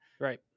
Right